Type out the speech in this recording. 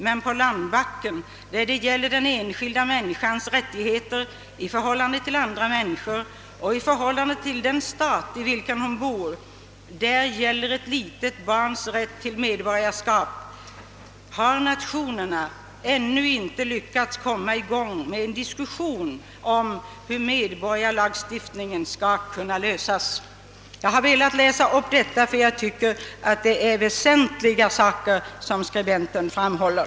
Men på landbacken, där det gäller den enskilda människans rättigheter i förhållande till andra människor och i förhållande till den stat, i vilken hon bor — där det gäller ett litet barns rätt till medborgarskap, har nationerna ännu inte lyckats komma i gång med en diskussion om hur medborgarskapslagstiftningen skall kunna lösas.» Jag har velat läsa upp detta, eftersom jag tycker att det är väsentliga saker som skribenten framhåller.